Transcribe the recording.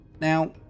now